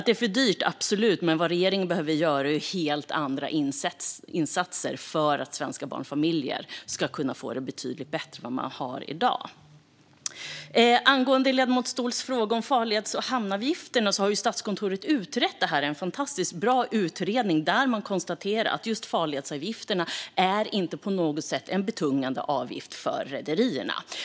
Det är absolut för dyrt, men det regeringen behöver göra är helt andra insatser för att svenska barnfamiljer ska få det betydligt bättre än i dag. Angående ledamoten Ståhls fråga om farledsavgifterna har Statskontoret utrett dem. Det är en fantastiskt bra utredning där man konstaterar att farledsavgifterna inte på något sätt är betungande för rederierna.